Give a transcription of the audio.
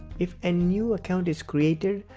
if a new account is created,